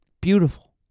Beautiful